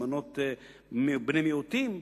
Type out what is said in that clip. למנות בני מיעוטים.